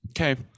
Okay